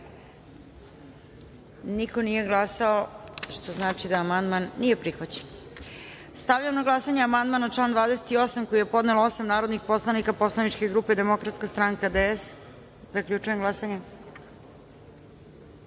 niko nije glasao. Konstatujem da amandman nije prihvaćen. Stavljam na glasanje amandman na član 9. koji je podnelo osam narodnih poslanika posleničke grupe Demokratska stranka DS.Zaključujem glasanje: